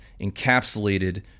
encapsulated